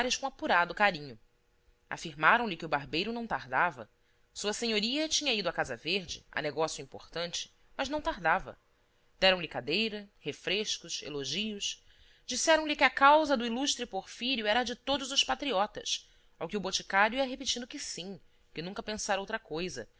com apurado carinho afirmaram lhe que o barbeiro não tardava sua senhoria tinha ido à casa verde a negócio importante mas não tardava deram-lhe cadeira refrescos elogios disseram-lhe que a causa do ilustre porfírio era a de todos os patriotas ao que o boticário ia repetindo que sim que nunca pensara outra coisa